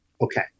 Okay